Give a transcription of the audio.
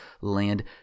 land